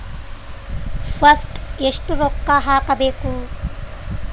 First ಎಷ್ಟು ರೊಕ್ಕ ಹಾಕಬೇಕು?